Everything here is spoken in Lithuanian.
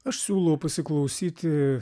aš siūlau pasiklausyti